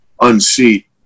unseat